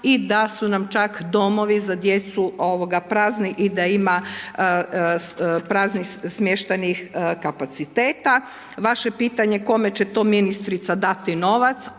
i da su nam čak domovi za djecu prazni i da ima praznih smještajnih kapaciteta. Vaše pitanje kome će to ministrica dati novac,